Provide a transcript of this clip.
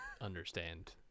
understand